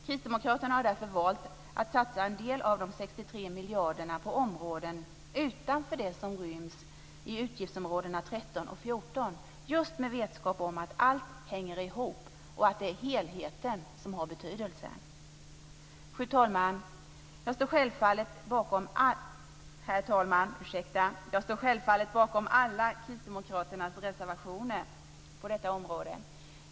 Kristdemokraterna har därför valt att satsa en del av de 63 miljarderna på områden utanför det som ryms i utgiftsområdena 13 och 14, just med vetskap om att allt hänger ihop och att det är helheten som har betydelse. Herr talman! Jag står självfallet bakom alla kristdemokraternas reservationer på detta område.